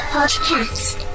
Podcast